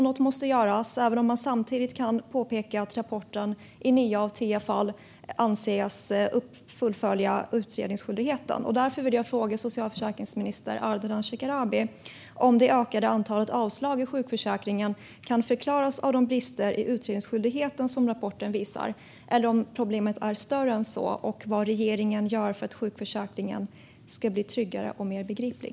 Något måste göras även om Försäkringskassan i nio av tio fall anses uppfylla utredningsskyldigheten. Därför vill jag fråga socialförsäkringsminister Ardalan Shekarabi om det ökade antalet avslag i sjukförsäkringen kan förklaras av de brister i utredningsskyldigheten som rapporten visar. Eller är problemet större än så? Vad gör regeringen för att sjukförsäkringen ska bli tryggare och mer begriplig?